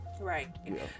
right